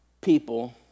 people